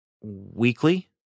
weekly